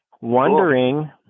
Wondering